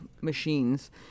machines